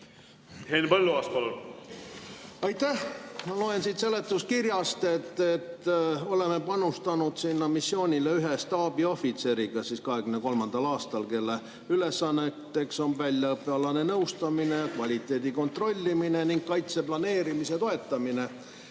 võrdõiguslikkust? Aitäh! Ma loen siit seletuskirjast, et oleme panustanud sinna missioonile ühe staabiohvitseriga 2023. aastal, kelle ülesanneteks on väljaõppealane nõustamine, kvaliteedi kontrollimine ning kaitse planeerimise toetamine.